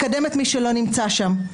מקדם את מי שלא נמצא שם.